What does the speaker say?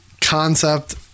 concept